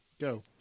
Go